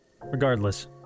Regardless